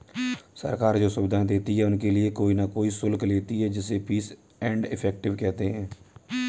सरकार जो सुविधाएं देती है उनके लिए कोई न कोई शुल्क लेती है जिसे फीस एंड इफेक्टिव कहते हैं